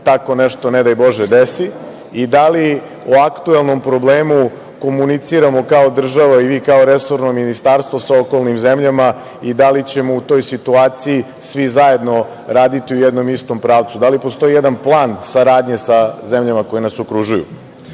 tako nešto ne daj Bože desi i da li o aktuelnom problemu komuniciramo kao država i vi kao resorno ministarstvo sa okolnim zemljama i da li ćemo u toj situaciji svi zajendo raditi u jednom istom pravcu? Da li postoji jedan plan saradnje sa zemljama koje nas okružuju? Obzirom